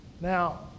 now